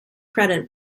credit